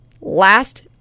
Last